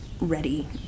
ready